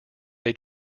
they